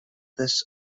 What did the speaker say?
this